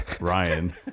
Ryan